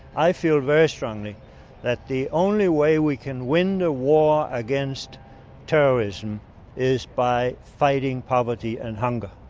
i feel very strongly that the only way we can win the war against terrorism is by fighting poverty and hunger.